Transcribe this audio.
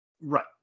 Right